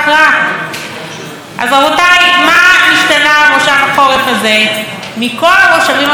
מה נשתנה מושב החורף הזה מכל המושבים הקודמים של הכנסת העשרים?